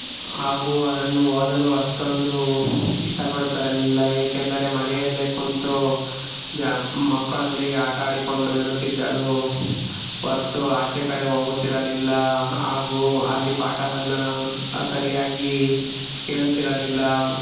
ಹಾಗೂ ಅದನ್ನು ಓದಲು ಅಷ್ಟೊಂದು ಇಷ್ಟಪಡುತ್ತಿರಲಿಲ್ಲ ಏಕೆಂದರೆ ಮನೆಯಲ್ಲೇ ಕುಳ್ತು ಜ ಮಕ್ಕಳೊಂದಿಗೆ ಆಟ ಆಡಿಕೊಂಡು ಇರುತ್ತಿದ್ದಳು ಹೊರತು ಆಚೆ ಕಡೆ ಹೋಗುತ್ತಿರಲಿಲ್ಲ ಹಾಗೂ ಅಲ್ಲಿ ಪಾಠವನ್ನು ಸರಿಯಾಗಿ ಕೇಳುತ್ತಿರಲಿಲ್ಲ